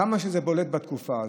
כמה זה בולט בתקופה הזאת,